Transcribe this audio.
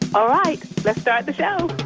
all right. let's start the show